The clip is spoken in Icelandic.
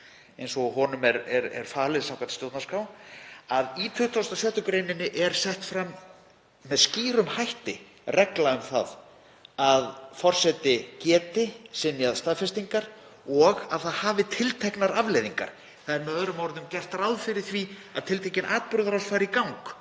eins og honum er falið samkvæmt stjórnarskrá, að í 26. gr. er sett fram með skýrum hætti regla um það að forseti geti synjað staðfestingar og að það hafi tilteknar afleiðingar. Það er með öðrum orðum gert ráð fyrir því að tiltekin atburðarás fari í gang